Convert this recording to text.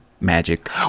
magic